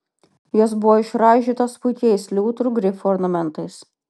jos buvo išraižytos puikiais liūtų ir grifų ornamentais